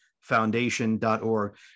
foundation.org